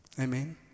Amen